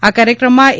આ કાર્યક્રમમાં એ